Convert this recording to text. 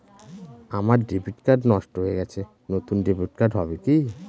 আমার debit card নষ্ট হয়ে গেছে নূতন ডেবিট কার্ড হবে কি?